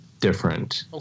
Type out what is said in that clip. different